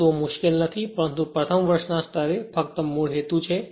વસ્તુઓ મુશ્કેલ નથી પરંતુ પ્રથમ વર્ષના સ્તરે ફક્ત મૂળ હેતુ છે